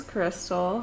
Crystal